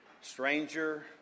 stranger